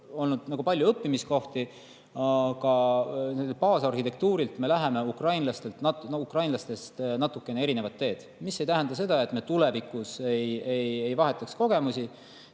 olnud palju õppimiskohti, aga baasarhitektuurilt me läheme ukrainlastest natukene erinevat teed, mis ei tähenda seda, et me tulevikus ei vahetaks kogemusi.